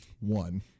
One